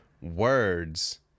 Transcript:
words